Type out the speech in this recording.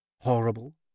Horrible